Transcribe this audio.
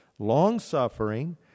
Long-suffering